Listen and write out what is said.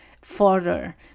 further